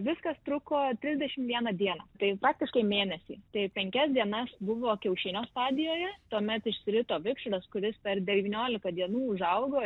viskas truko trisdešim vieną dieną tai praktiškai mėnesį tai penkias dienas buvo kiaušinio stadijoje tuomet išsirito vikšras kuris per devyniolika dienų užaugo